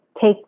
take